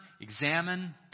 examine